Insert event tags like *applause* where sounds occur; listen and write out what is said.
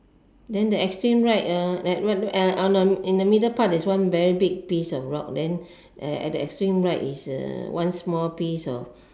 then the extreme right uh *noise* in the middle part there's one very big piece of rock then uh at the extreme right is uh one small piece of